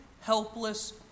helpless